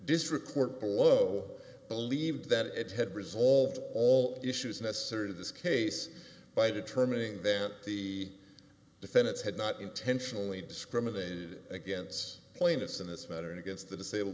district court below believed that it had resolved all issues necessary to this case by determining that the defendants had not intentionally discriminated against plaintiffs in this matter and against the disabled